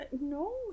No